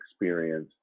experience